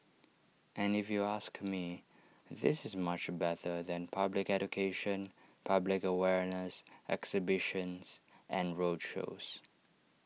and if you ask me this is much better than public education public awareness exhibitions and roadshows